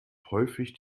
häufig